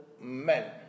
men